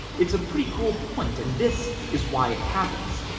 it's a pretty cool point and this is why it happens.